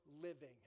living